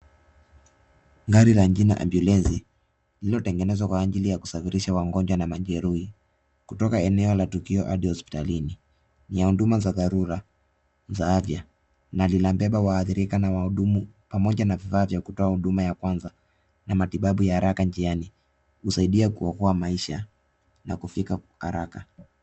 Gari la jina ambulence lililotengenezwa kwa ajili ya kusafirisha wagonjwa na majerui kutoka eneo hadi hospitalini. Ni ya huduma za dharura za afya na linabeba waharidika na wahudumu pamoja na vifaa ya kutoa huduma ya kwanza na matibabu ya haraka njia kusaidia kuokoa maisha kufika haraka.